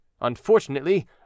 unfortunately